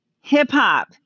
hip-hop